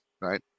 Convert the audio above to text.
right